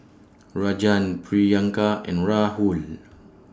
Rajan Priyanka and Rahul